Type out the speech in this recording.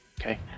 okay